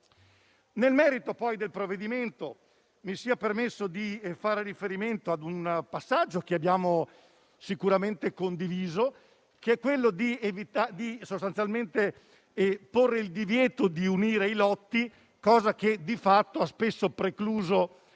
Nel merito del provvedimento, mi sia permesso di fare riferimento ad un passaggio che abbiamo sicuramente condiviso. Mi riferisco al divieto di unire i lotti; questione che di fatto ha spesso precluso